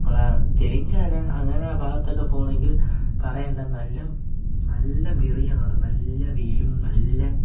നമ്മളെ തെലുങ്കാന അങ്ങനെ ആ ഭാഗത്തൊക്കെ പോകുകയാണെങ്കിൽ പറയണ്ട നല്ല നല്ല വെറിയാണ് അവിട നല്ല വെയിലും നല്ല